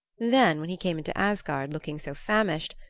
then when he came into asgard looking so famished,